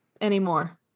anymore